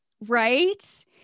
Right